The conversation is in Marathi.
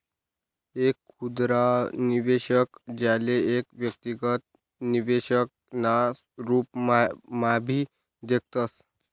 एक खुदरा निवेशक, ज्याले एक व्यक्तिगत निवेशक ना रूपम्हाभी देखतस